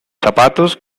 zapatos